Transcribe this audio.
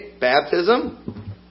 Baptism